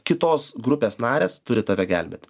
kitos grupės narės turi tave gelbėti